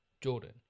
Jordan